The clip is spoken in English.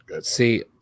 See